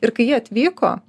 ir kai jie atvyko